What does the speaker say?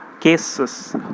cases